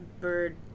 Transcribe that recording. bird